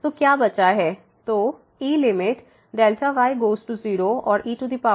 तो क्या बचा है तो e limit y goes to 0 और e x